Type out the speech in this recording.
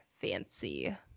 Fancy